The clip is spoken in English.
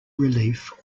relief